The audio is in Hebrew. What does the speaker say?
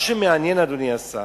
מה שמעניין, אדוני השר,